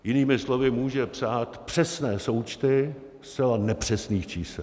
Jinými slovy, může psát přesné součty zcela nepřesných čísel.